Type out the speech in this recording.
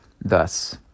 Thus